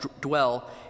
dwell